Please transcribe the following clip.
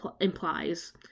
implies